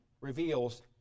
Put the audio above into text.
reveals